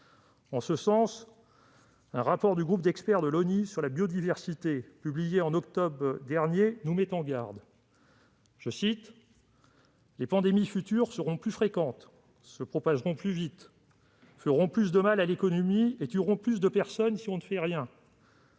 En ce sens, un rapport du groupe d'experts de l'ONU sur la biodiversité, publié en octobre dernier, nous met en garde :« Les pandémies futures seront plus fréquentes, se propageront plus vite, feront plus de mal à l'économie et tueront plus de personnes, si l'on ne fait rien. »